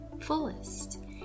fullest